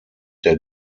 der